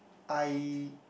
I